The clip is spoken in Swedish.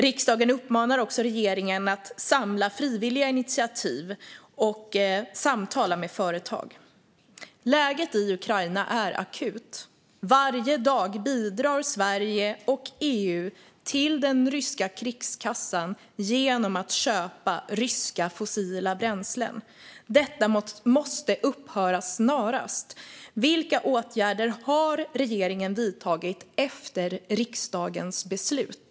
Riksdagen uppmanade också regeringen att samla frivilliga initiativ och samtala med företag. Läget i Ukraina är akut. Varje dag bidrar Sverige och EU till den ryska krigskassan genom att köpa ryska fossila bränslen. Detta måste upphöra snarast. Vilka åtgärder har regeringen vidtagit efter riksdagens beslut?